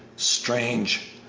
strange!